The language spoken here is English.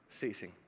ceasing